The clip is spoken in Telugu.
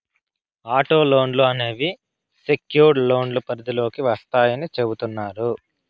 ఆటో లోన్లు అనేవి సెక్యుర్డ్ లోన్ల పరిధిలోకి వత్తాయని చెబుతున్నారు